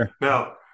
Now